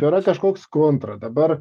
yra kažkoks kontra dabar